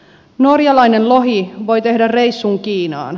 norjalainen lohi voi tehdä reissun kiinaan